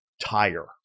tire